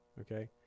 Okay